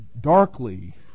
Darkly